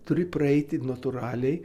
turi praeiti natūraliai